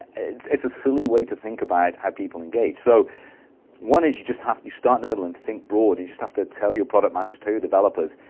it's it's a silly way to think about how people engage. so one is, you just have to start in the middle and think broad. you just have to tell your product managers, tell your developers,